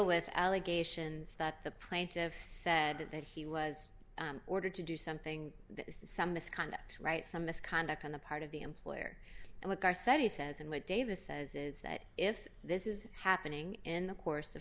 with allegations that the plaintiff said that he was ordered to do something this is some misconduct right some misconduct on the part of the employer and like i said he says and what davis says is that if this is happening in the course of